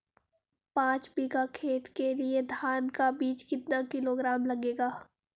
पाँच बीघा खेत के लिये धान का बीज कितना किलोग्राम लगेगा?